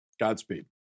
Godspeed